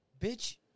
Bitch